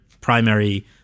primary